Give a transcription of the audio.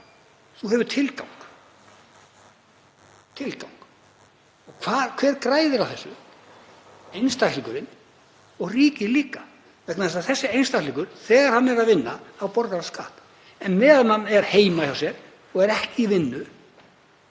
Þú hefur tilgang. Hver græðir á þessu? Einstaklingurinn og ríkið líka, vegna þess að þessi einstaklingur, þegar hann er að vinna, borgar skatt. Meðan hann er heima hjá sér og er ekki í vinnu